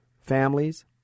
families